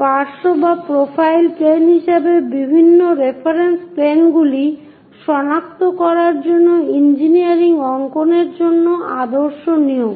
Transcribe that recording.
পার্শ্ব বা profile plane হিসাবে বিভিন্ন রেফারেন্স প্লেনগুলি সনাক্ত করার জন্য ইঞ্জিনিয়ারিং অঙ্কনের জন্য আদর্শ নিয়ম